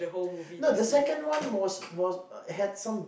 no the second one was was had some